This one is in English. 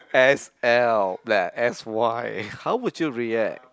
S_L s_y how would you react